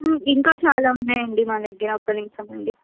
ఇంకా చాలా ఉన్నాయండి మా దగ్గర ఒక్క నిమిషమండి